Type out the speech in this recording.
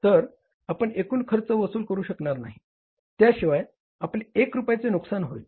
तर आपण एकूण खर्च वसूल करू शकणार नाही त्याशिवाय आपले 1 रुपायचे नुकसान होईल